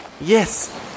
Yes